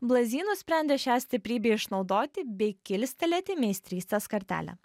blazi nusprendė šią stiprybę išnaudoti bei kilstelėti meistrystės kartelę